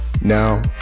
Now